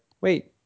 wait